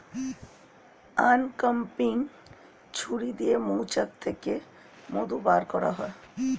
uncapping ছুরি দিয়ে মৌচাক থেকে মধু বের করা হয়